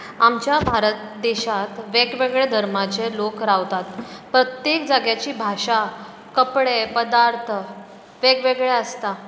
आमच्या भारत देशांत वेगवेगळ्या धर्माचे लोक रावतात प्रत्येक जाग्याची भाशा कपडे पदार्थ वेगवेगळे आसता